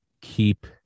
keep